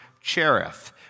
Cherith